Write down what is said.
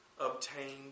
obtained